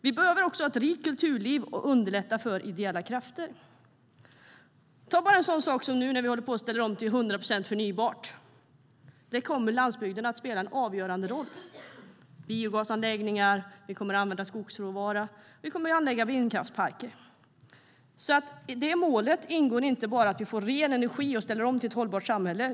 Vi behöver också ett rikt kulturliv och måste underlätta för ideella krafter att agera. Ta en sådan sak som när vi nu ställer om till 100 procent förnybart. Där kommer landsbygden att spela en avgörande roll. Vi kommer att ha biogasanläggningar, använda skogsråvara och anlägga vindkraftsparker. I det målet ingår inte bara att vi får ren energi och ställer om till ett hållbart samhälle.